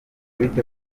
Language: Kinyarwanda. bite